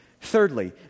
Thirdly